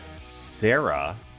Sarah